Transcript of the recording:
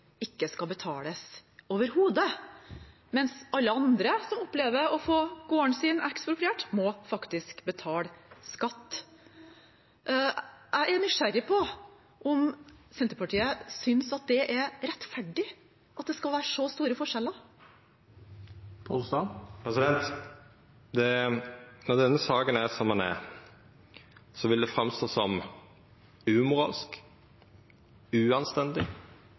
ikke skal betales overhodet, mens alle andre som opplever å få gården sin ekspropriert, faktisk må betale skatt. Jeg er nysgjerrig på om Senterpartiet synes at det er rettferdig at det skal være så store forskjeller. Når denne saka er som ho er, vil det stå fram som umoralsk, uanstendig